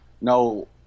No